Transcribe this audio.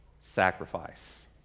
sacrifice